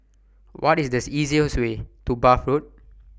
What IS These easiest Way to Bath Road